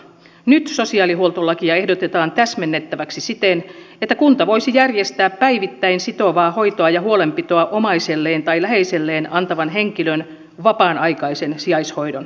nyt sosiaalihuoltolakia ehdotetaan täsmennettäväksi siten että kunta voisi järjestää päivittäin sitovaa hoitoa ja huolenpitoa omaiselleen tai läheiselleen antavan henkilön vapaan aikaisen sijaishoidon